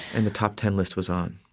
and the top ten list was on,